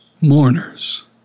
mourners